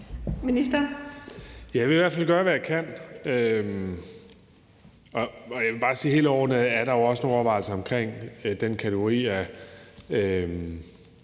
Jeg vil i hvert fald gøre, hvad jeg kan. Jeg vil bare sige helt overordnet, at der jo også er nogle overvejelser omkring den kategori af